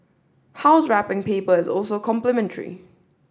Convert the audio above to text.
house wrapping paper is also complimentary